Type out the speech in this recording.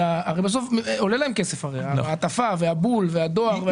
הרי בסוף עולה להם כסף המעטפה והבול והדואר.